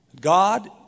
God